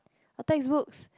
a textbooks